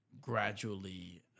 gradually